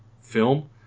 film